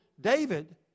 David